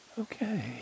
Okay